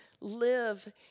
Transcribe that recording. live